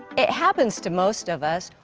it happens to most of us.